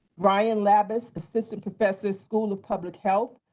brian labus, assistant professor school of public health.